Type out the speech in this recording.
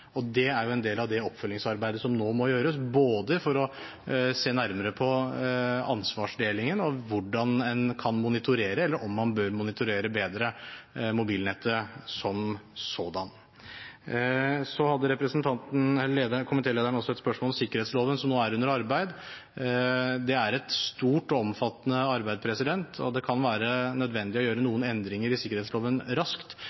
Det er en del av det oppfølgingsarbeidet som nå må gjøres, både for å se nærmere på ansvarsdelingen og hvordan en kan monitorere – eller om en bør monitorere bedre – mobilnettet som sådan. Komitélederen hadde også et spørsmål om sikkerhetsloven, som nå er under arbeid. Det er et stort og omfattende arbeid, og det kan være nødvendig å gjøre noen endringer i sikkerhetsloven raskt